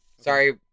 Sorry